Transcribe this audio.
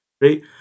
right